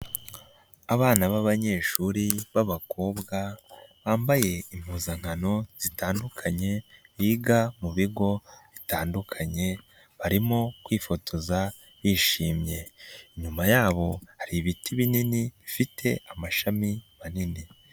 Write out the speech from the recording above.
Abana b'abanyeshuri, b'abakobwa, bambaye impuzankano zitandukanye, biga mu bigo bitandukanye, barimo kwifotoza bishimye. Inyuma yabo hari ibiti binini, bifite amashami manini.